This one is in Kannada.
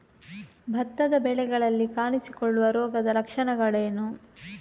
ಭತ್ತದ ಬೆಳೆಗಳಲ್ಲಿ ಕಾಣಿಸಿಕೊಳ್ಳುವ ರೋಗದ ಲಕ್ಷಣಗಳೇನು?